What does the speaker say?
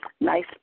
nice